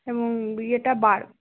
এবং ইয়েটা বাড়বে